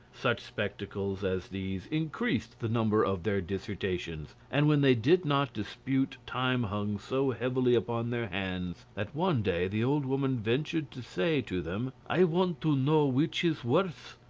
such spectacles as these increased the number of their dissertations and when they did not dispute time hung so heavily upon their hands, that one day the old woman ventured to say to them i want to know which is worse,